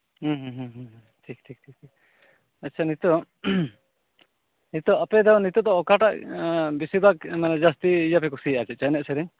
ᱦᱩᱸ ᱦᱩᱸ ᱦᱩᱸ ᱴᱷᱤᱠ ᱴᱷᱤᱠ ᱴᱷᱤᱠ ᱟᱪᱪᱷᱟ ᱱᱤᱛᱳᱜ ᱱᱤᱛᱳᱜ ᱟᱯᱮ ᱫᱚ ᱱᱤᱛᱳᱜ ᱫᱚ ᱚᱠᱟᱴᱟᱜ ᱵᱤᱥᱤᱨᱵᱷᱟᱜᱽ ᱢᱟᱱᱮ ᱡᱟᱹᱥᱛᱤ ᱤᱭᱟᱹᱯᱮ ᱠᱩᱥᱤᱭᱟᱜᱼᱟ ᱟᱨᱠᱤ ᱮᱱᱮᱡ ᱥᱮᱨᱮᱧ